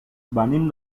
venim